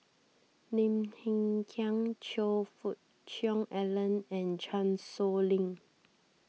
Lim Hng Kiang Choe Fook Cheong Alan and Chan Sow Lin